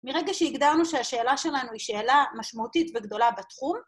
מרגע שהגדרנו שהשאלה שלנו היא שאלה משמעותית וגדולה בתחום,